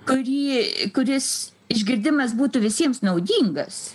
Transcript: kurį kuris išgirdimas būtų visiems naudingas